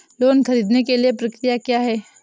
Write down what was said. Loan ख़रीदने के लिए प्रक्रिया क्या है?